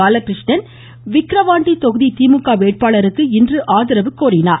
பாலகிருஷ்ணன் விக்கிரவாண்டித் தொகுதி திமுக வேட்பாளருக்கு இன்று ஆதரவு கோரினார்